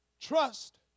trust